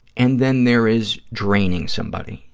and then there is draining somebody,